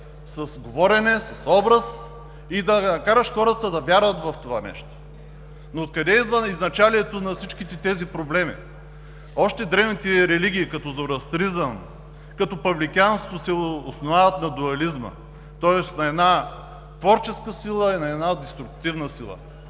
с говорене, с образ, и да накараш хората да вярват в това нещо. Откъде идва изначалието на всичките тези проблеми? Още древните религии, като зороастризъм, като павликянството, се основават на дуализма, тоест на една творческа сила и на една деструктивна сила.